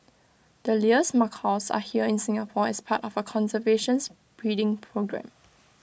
the Lear's macaws are here in Singapore as part of A conservation breeding programme